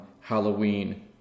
Halloween